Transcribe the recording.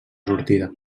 sortida